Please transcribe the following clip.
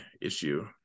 issue